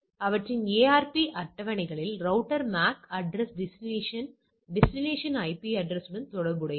அவற்றின் ARP அட்டவணைகளில் router MAC address destination destination IP address உடன் தொடர்புடையது